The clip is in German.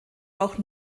auch